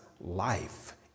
life